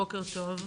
בוקר טוב.